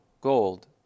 gold